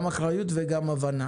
גם אחריות וגם הבנה